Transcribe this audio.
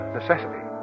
necessity